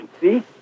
See